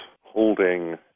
holding